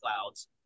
clouds